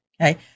Okay